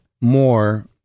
more